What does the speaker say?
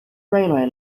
railway